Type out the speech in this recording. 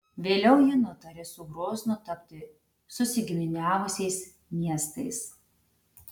vėliau ji nutarė su groznu tapti susigiminiavusiais miestais